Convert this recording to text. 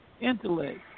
intellect